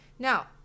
Now